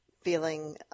feeling